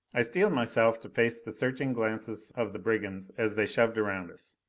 i steeled myself to face the searching glances of the brigands as they shoved around us.